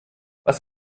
was